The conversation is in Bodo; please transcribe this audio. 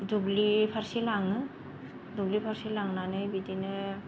दुब्लि फारसे लाङो दुब्लि फारसे लांनानै बिदिनो